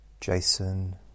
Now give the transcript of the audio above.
Jason